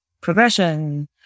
progression